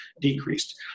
decreased